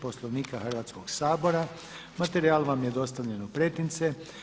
Poslovnika Hrvatskog sabora, materijal vam je dostavljen u pretince.